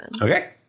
Okay